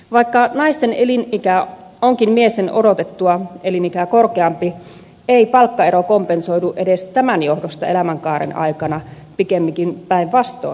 vaikka naisten elinikä onkin miesten odotettua elinikää korkeampi ei palkkaero kompensoidu edes tämän johdosta elämänkaaren aikana pikemminkin päinvastoin